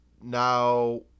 now